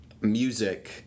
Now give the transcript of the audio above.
Music